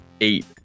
eight